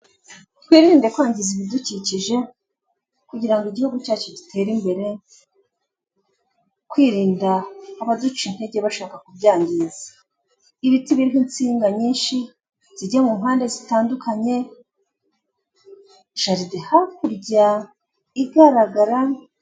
Twirinde kwangiza ibidukikije kugira ngo igihugu cyacu gitere imbere twirinda abaduca intege bashaka kubyangiza, ibiti biriho insinga nyinshi zijya mu muhanda zitandukanye jaride hakurya igaragara.